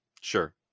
Sure